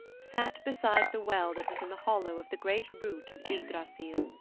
sat beside the well that was in the hollow of the great root of ygdrassil.